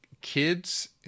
kids